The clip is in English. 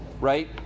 right